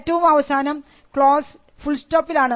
ഏറ്റവും അവസാനം close full സ്റ്റോപ്പിൽ